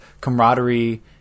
camaraderie